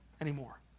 anymore